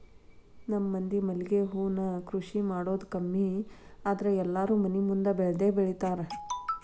ನಮ್ಮ ಮಂದಿ ಮಲ್ಲಿಗೆ ಹೂ ಕೃಷಿ ಮಾಡುದ ಕಮ್ಮಿ ಆದ್ರ ಎಲ್ಲಾರೂ ಮನಿ ಮುಂದ ಹಿಂದ ಬೆಳ್ದಬೆಳ್ದಿರ್ತಾರ